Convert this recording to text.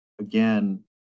again